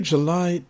July